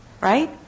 Right